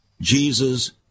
Jesus